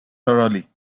thoroughly